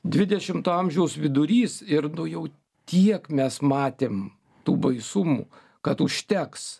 dvidešimto amžiaus vidurys ir nu jau tiek mes matėm tų baisumų kad užteks